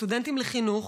הסטודנטים לחינוך,